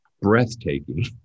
breathtaking